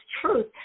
truth